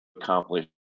accomplish